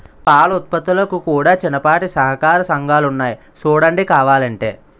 పాల ఉత్పత్తులకు కూడా చిన్నపాటి సహకార సంఘాలున్నాయి సూడండి కావలంటే